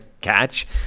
catch